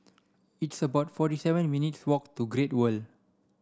it's about forty seven minutes' walk to Great World